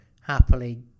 happily